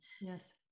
yes